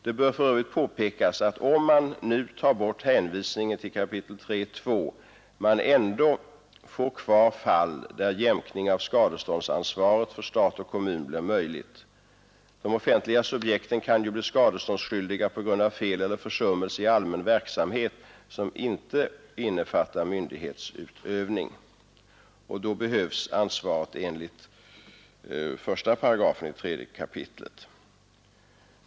Det bör för övrigt påpekas att om man nu tar bort hänvisningen till 3 kap. 2 §, får man ändå kvar fall där jämkning av skadeståndsansvaret för stat och kommun blir möjlig. De offentliga subjekten kan ju bli skadeståndsskyldiga på grund av fel eller försummelse i allmän verksamhet som inte innefattar myndighetsutövning. Då behövs ansvaret enligt 3 kap. 1 8.